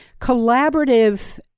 collaborative